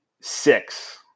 six –